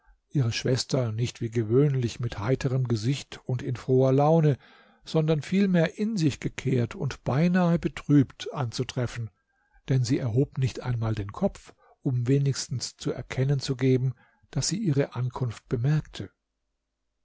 ihre schwester nicht wie gewöhnlich mit heiterem gesicht und in froher laune sondern vielmehr in sich gekehrt und beinahe betrübt anzutreffen denn sie erhob nicht einmal den kopf um wenigstens zu erkennen zu geben daß sie ihre ankunft bemerkte